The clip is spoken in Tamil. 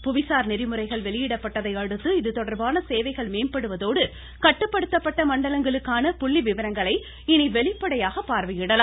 புவி சார் நெறிமுறைகள் வெளியிடப்பட்டதை அடுத்து இதுதொடர்பான சேவைகள் மேம்படுவதோடு கட்டுப்படுத்தப்பட்ட மண்டலங்களுக்கான புள்ளி விவரங்களை இனி வெளிப்படையாக பார்வையிடலாம்